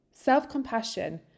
Self-compassion